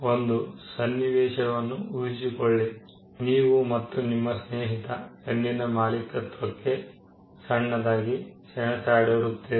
ಒಂದು ಸನ್ನಿವೇಶವನ್ನು ಊಹಿಸಿಕೊಳ್ಳಿ ನೀವು ಮತ್ತು ನಿಮ್ಮ ಸ್ನೇಹಿತ ಪೆನ್ನಿನ ಮಾಲೀಕತ್ವಕ್ಕೆ ಸಣ್ಣದಾಗಿ ಸೆಣಸಾಡಿರುತ್ತೀರಿ